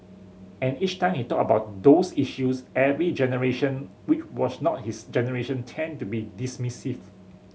and each time he talked about those issues every generation which was not his generation tended to be dismissive